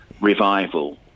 revival